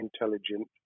intelligent